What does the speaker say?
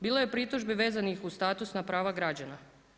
Bilo je pritužbi vezanih uz statusna prava građana.